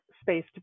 space